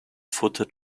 footed